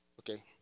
Okay